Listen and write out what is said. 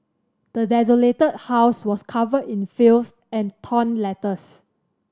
the desolated house was covered in filth and torn letters